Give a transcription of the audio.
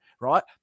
right